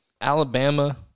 Alabama